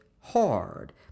hard